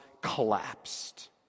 collapsed